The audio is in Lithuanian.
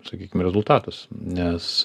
sakykime rezultatas nes